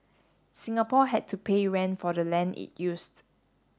Singapore had to pay rent for the land it used